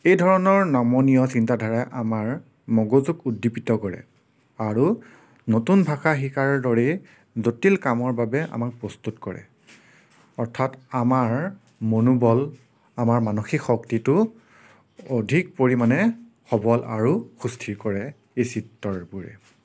এই ধৰণৰ নমনীয় চিন্তাধাৰাই আমাৰ মগজুক উদ্দীপিত কৰে আৰু নতুন ভাষা শিকাৰ দৰেই জটিল কামৰ বাবে আমাক প্ৰস্তুত কৰে অৰ্থাৎ আমাৰ মনোবল আমাৰ মানসিক শক্তিটো অধিক পৰিমাণে সবল আৰু সুস্থিৰ কৰে এই চিত্ৰবোৰে